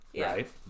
right